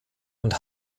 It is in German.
und